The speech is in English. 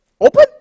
Open